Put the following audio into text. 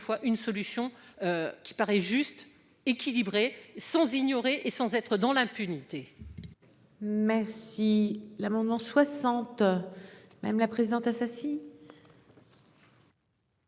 une solution. Qui paraît juste, équilibré, sans ignorer et sans être dans l'impunité. Merci. L'amendement 60. Même la présidente Assassi.